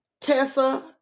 Tessa